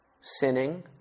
sinning